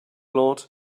lot